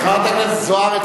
חברת הכנסת זוארץ,